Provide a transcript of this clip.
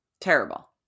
Terrible